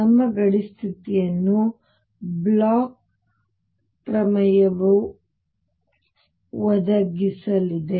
ನಮ್ಮ ಗಡಿ ಸ್ಥಿತಿಯನ್ನು ಬ್ಲೋಚ್ ಪ್ರಮೇಯವು ಒದಗಿಸಲಿದೆ